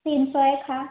तीन सौ एक हा